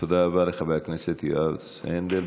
תודה רבה לחבר הכנסת יועז הנדל.